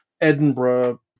edinburgh